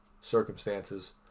circumstances